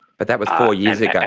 but that was four years ago,